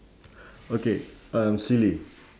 okay um silly